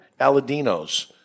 Aladinos